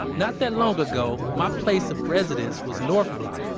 not that long ago, my place of residence was north block,